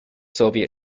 soviet